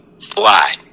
fly